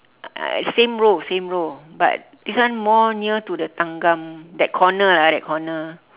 uh same row same row but this one more near to the thanggam that corner lah that corner